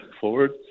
forward